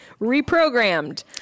reprogrammed